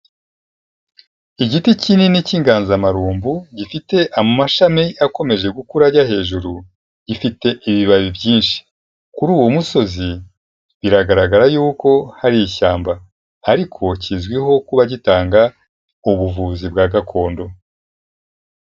Igiti kinini cy'inganzamarumbu gifite amashami akomeje gukura ajya hejuru, gifite ibibabi byinshi. Kuri uwo musozi biragaragara yuko hari ishyamba, ariko kizwiho kuba gitanga ubuvuzi bwa gakondo.